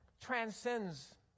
transcends